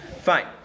Fine